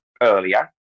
earlier